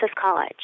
College